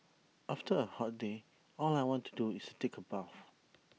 after A hot day all I want to do is take A bath